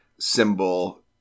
symbol